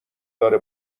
داره